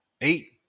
Eight